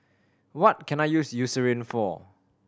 what can I use Eucerin for